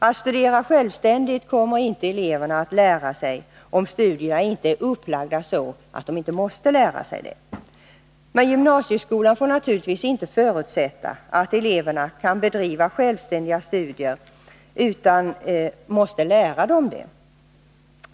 Att studera självständigt kommer eleverna aldrig att lära sig om studierna inte är upplagda så att de måste lära sig det. Men gymnasieskolan får naturligtvis inte förutsätta att eleverna kan bedriva självständiga studier, utan den måste lära dem det.